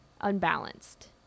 unbalanced